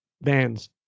bands